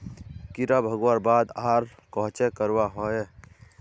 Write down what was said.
कीड़ा भगवार बाद आर कोहचे करवा होचए?